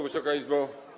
Wysoka Izbo!